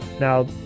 Now